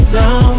now